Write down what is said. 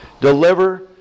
Deliver